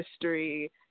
history